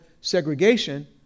segregation